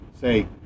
say